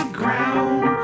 ground